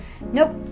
nope